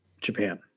Japan